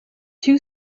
two